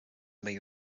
may